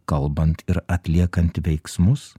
kalbant ir atliekant veiksmus